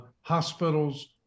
hospitals